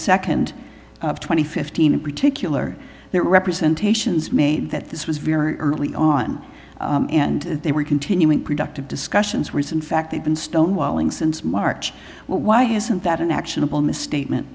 second twenty fifteen in particular that representations made that this was very early on and they were continuing productive discussions which in fact they've been stonewalling since march why isn't that an actionable misstatement